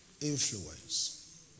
influence